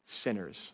sinners